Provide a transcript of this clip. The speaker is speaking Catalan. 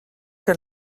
que